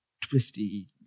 twisty